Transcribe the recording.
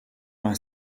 vingt